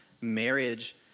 marriage